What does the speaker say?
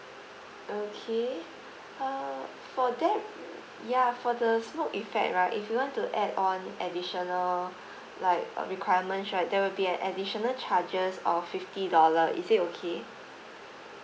okay err for that ya for the smoke effect right if you want to add on additional like uh requirements right there will be an additional charges of fifty dollar is it okay